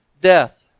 death